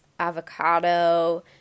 avocado